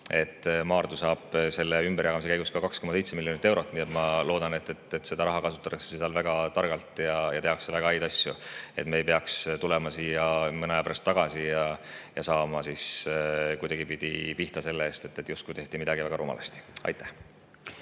Maardu saab selle ümberjagamise käigus 2,7 miljonit eurot. Ma loodan, et seda raha kasutatakse seal väga targalt ja tehakse väga häid asju ning me ei peaks tulema siia mõne aja pärast tagasi ja saama kuidagipidi pihta selle pärast, et midagi tehti väga rumalasti. Aitäh!